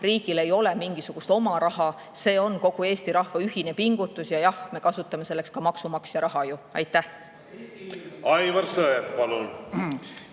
Riigil ei ole mingisugust oma raha, see on kogu Eesti rahva ühine pingutus. Jah, me kasutame selleks maksumaksja raha. Aivar